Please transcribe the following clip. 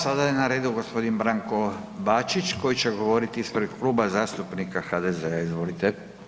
Sada je na redu g. Branko Bačić koji će govoriti ispred Kluba zastupnika HDZ-a, izvolite.